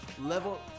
level